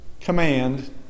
command